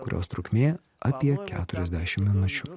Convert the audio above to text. kurios trukmė apie keturiasdešim minučių